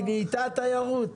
היא נהייתה תיירות.